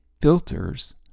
filters